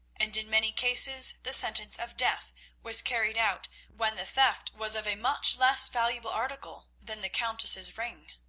and in many cases the sentence of death was carried out when the theft was of a much less valuable article than the countess's ring.